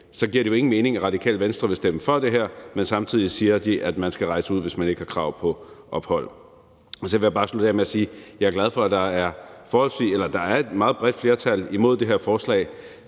så giver det jo ingen mening, at Radikale Venstre vil stemme for det her, men samtidig siger, at man skal rejse ud, hvis man ikke har krav på ophold. Så vil jeg bare slutte af med at sige, at jeg er glad for, at der er et meget bredt flertal imod det her forslag